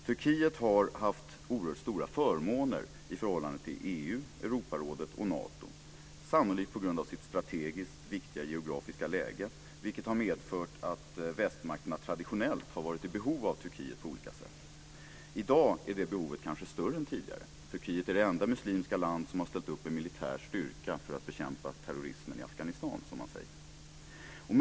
Turkiet har haft oerhört stora förmåner i förhållande till EU, Europarådet och Nato - sannolikt på grund av sitt strategiskt viktiga geografiska läge, vilket medfört att västmakterna traditionellt har varit i behov av Turkiet på olika sätt. I dag är det behovet kanske större än tidigare. Turkiet är det enda muslimska land som har ställt upp med militär styrka för att bekämpa terrorismen i Afghanistan, som man säger.